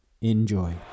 Enjoy